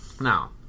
Now